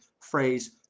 phrase